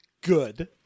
Good